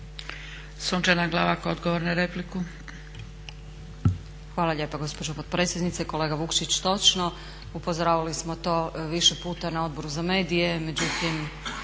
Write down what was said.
Sunčana Glavak, odgovor na repliku.